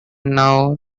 now